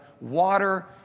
water